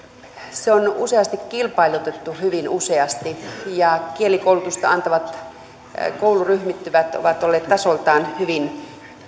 se on usein kilpailutettu hyvin useasti ja kielikoulutusta antavat kouluryhmittymät ovat olleet tasoltaan hyvin